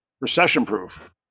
recession-proof